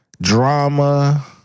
drama